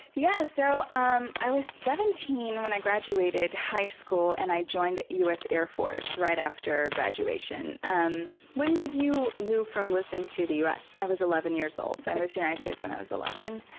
yeah so um i was seventeen when i graduated high school and i joined the us air force right after graduation. um when did you move from lisbon to the us? i was eleven years old, so i moved the united states when i was eleven.